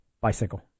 Bicycle